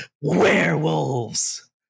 werewolves